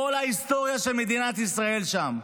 כל ההיסטוריה של מדינת ישראל שם.